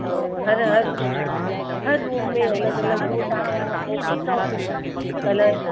हर हर हर रूम में अलॻि अलॻि उहा तव्हां मूंखे मोकिलंदव कलर